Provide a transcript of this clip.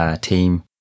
team